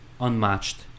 unmatched